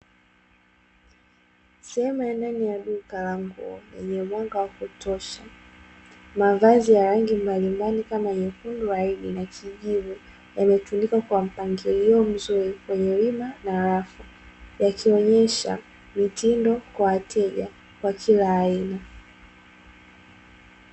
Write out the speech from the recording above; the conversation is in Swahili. Sehemu ya ndani ya duka la nguo yenye mwanga wa kutosha, mavazi ya rangi za aina mbalimbali kama nyekundu na kijivu yaliyotundikwa kwa mpangilio mzuri kwenye wima na rafu. Yakionesha mitindo kwa wateja wa kila aina.